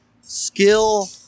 skill